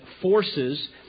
forces